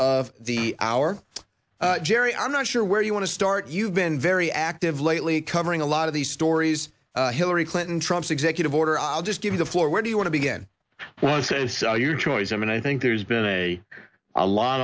of the hour jerry i'm not sure where you want to start you've been very active lately covering a lot of these stories hillary clinton trumps executive order i'll just give the floor where do you want to begin was your choice i mean i think there's been a a lot